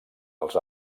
els